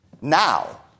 Now